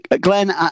Glenn